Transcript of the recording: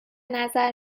نظر